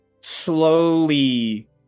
slowly